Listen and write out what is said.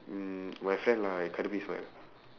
mm my friend lah [what]